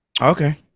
Okay